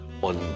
one